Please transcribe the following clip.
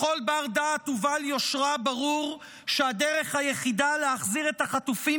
הרי לכל בר-דעת ובעל יושרה ברור שהדרך היחידה להחזיר את החטופים